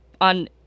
on